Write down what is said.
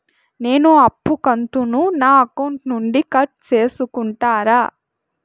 నేను అప్పు కంతును నా అకౌంట్ నుండి కట్ సేసుకుంటారా?